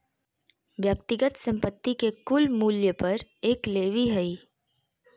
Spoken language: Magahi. व्यक्तिगत संपत्ति के कुल मूल्य पर एक लेवी हइ